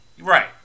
right